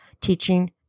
teaching